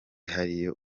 hariyo